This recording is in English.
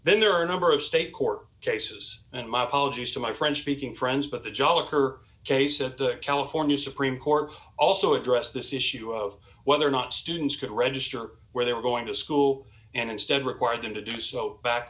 then there are a number of state court cases and my apologies to my french speaking friends but the jhala kerr case at the california supreme court also addressed this issue of whether or not students could register where they were going to school and instead required them to do so back